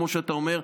כמו שאתה אומר.